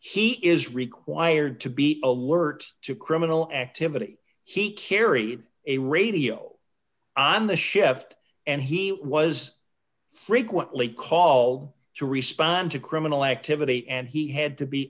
he is required to be alert to criminal activity he carried a radio on the shift and he was frequently call to respond to criminal activity and he had to be